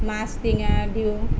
মাছ টেঙা দিওঁ